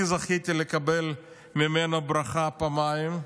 אני זכיתי לקבל ממנו ברכה פעמיים: